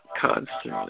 constantly